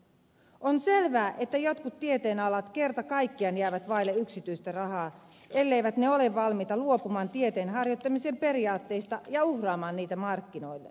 on selvää että jotkut tieteenalat kerta kaikkiaan jäävät vaille yksityistä rahaa elleivät ne ole valmiita luopumaan tieteenharjoittamisen periaatteista ja uhraamaan niitä markkinoille